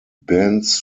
bands